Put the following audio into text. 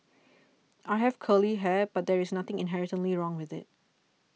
I have curly hair but there is nothing inherently wrong with it